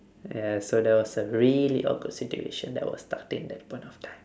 ya so that was a really awkward situation that I was stuck in at that point of time